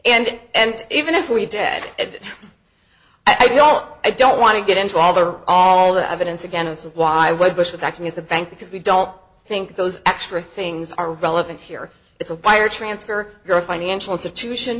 case and even if we did i don't know i don't want to get into all the all the evidence again is why what bush was actually is the bank because we don't think those extra things are relevant here it's a wire transfer you're a financial institution